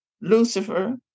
Lucifer